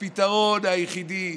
הפתרון היחידי.